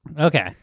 Okay